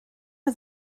nhw